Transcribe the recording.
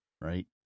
Right